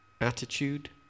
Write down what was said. Attitude